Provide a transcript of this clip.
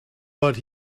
but